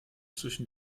zwischen